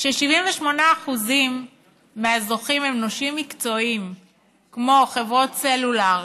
כש-78% מהזוכים הם נושים מקצועיים כמו חברות סלולר,